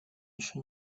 еще